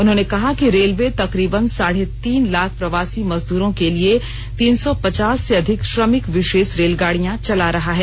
उन्होंने कहा कि रेलवे तकरीबन साढ़े तीन लाख प्रवासी मजदूरों के लिए तीन सौ पचास से अधिक श्रमिक विशेष रेलगाडियां चला रहा है